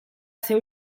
seu